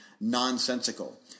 nonsensical